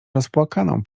rozpłakaną